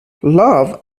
love